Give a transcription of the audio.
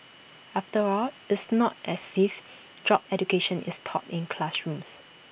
after all it's not as if job education is taught in classrooms